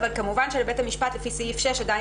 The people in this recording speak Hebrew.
אבל כמובן שלבית המשפט לפי סעיף 6 עדיין